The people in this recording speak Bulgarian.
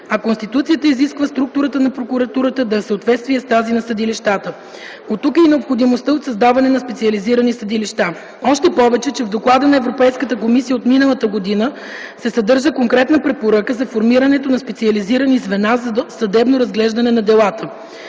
а Конституцията изисква структурата на прокуратурата да е в съответствие с тази на съдилищата. Оттук и необходимостта от създаване на специализирани съдилища. Още повече, че в Доклада на Европейската комисия от миналата година се съдържа конкретна препоръка за формирането на специализирани звена за съдебно разглеждане на делата.